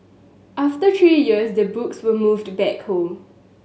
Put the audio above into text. after three years the books were moved back home